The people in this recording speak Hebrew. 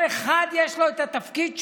כל אחד יש לו את התפקיד שלו,